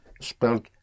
spelt